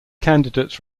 candidates